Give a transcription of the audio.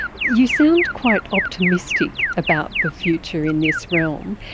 you sound quite optimistic about the future in this realm.